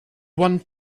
one